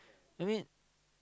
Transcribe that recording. I mean